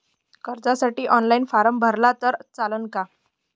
कर्जसाठी online form भरला तर चालन का?